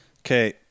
Okay